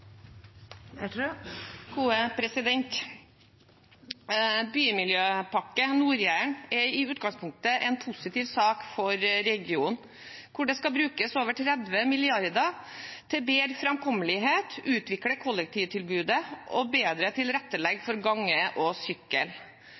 i utgangspunktet en positiv sak for regionen der det skal brukes over 30 mrd. kr til bedre framkommelighet, til å utvikle kollektivtilbudet og til å legge bedre